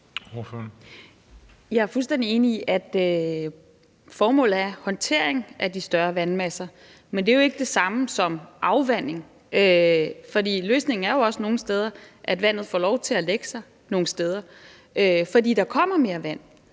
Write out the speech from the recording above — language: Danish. Jeg er fuldstændig enig i, at formålet er håndtering af de større vandmasser, men det er jo ikke det samme som afvanding, for løsningen er jo også i nogle områder, at vandet får lov til at lægge sig nogle steder. For der kommer mere vand,